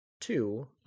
Two